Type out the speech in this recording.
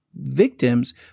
victims